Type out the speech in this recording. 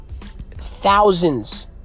thousands